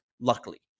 luckily